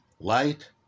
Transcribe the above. light